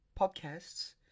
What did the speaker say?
podcasts